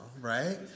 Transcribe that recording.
right